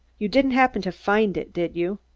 you didn't happen to find it, did you?